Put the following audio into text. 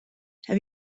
have